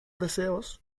deseos